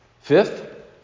Fifth